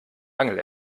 angel